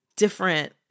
different